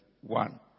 one